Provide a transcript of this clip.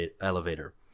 elevator